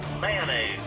mayonnaise